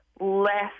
less